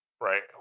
right